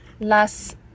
Las